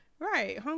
Right